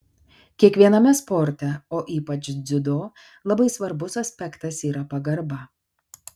kiekviename sporte o ypač dziudo labai svarbus aspektas yra pagarba